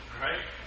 right